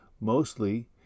Mostly